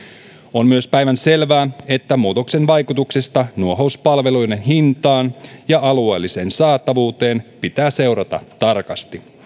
on myös päivänselvää että muutoksen vaikutuksia nuohouspalveluiden hintaan ja alueelliseen saatavuuteen pitää seurata tarkasti